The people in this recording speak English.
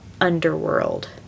underworld